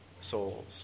souls